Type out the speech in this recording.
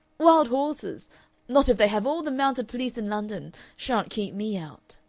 wild horses not if they have all the mounted police in london shan't keep me out.